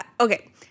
okay